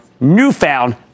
newfound